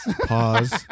Pause